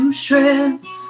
shreds